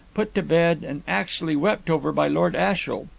put to bed, and actually wept over by lord ashiel.